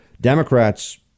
Democrats